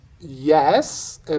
Yes